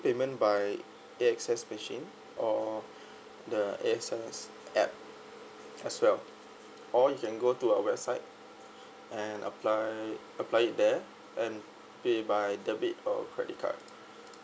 payment by A X S machine or the A X S app as well or you can go to our website and apply apply it there and pay by debit or credit card